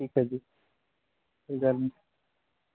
ਠੀਕ ਹੈ ਜੀ ਕੋਈ ਗੱਲ ਨਹੀਂ